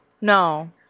No